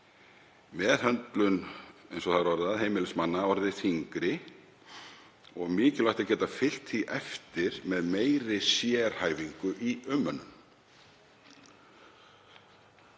meðhöndlun, eins og það er orðað, heimilismanna orðið þyngri og mikilvægt að geta fylgt því eftir með meiri sérhæfingu í umönnun.